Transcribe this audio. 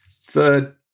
third